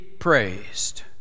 praised